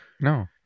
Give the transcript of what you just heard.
No